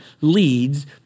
leads